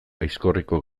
aizkorriko